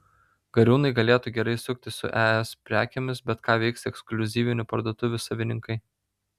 gariūnai galėtų gerai suktis su es prekėmis bet ką veiks ekskliuzyvinių parduotuvių savininkai